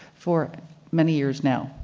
for many years now.